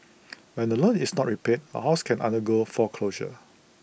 when the loan is not repaid A house can undergo foreclosure